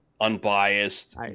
unbiased